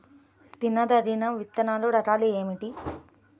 తినదగిన విత్తనాల రకాలు ఏమిటి?